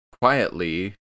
Quietly